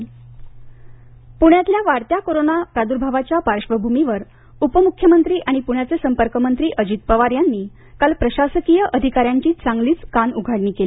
jumbo covid Ajit Pawar प्ण्यातल्या वाढत्या corona प्रार्द्भावाच्या पार्श्वभूमीवर उपम्ख्यमंत्री आणि प्ण्याचे संपर्कमंत्री अजित पवार यांनी काल प्रशासकीय अधिकाऱ्यांची चांगलीच कानउघाडणी केली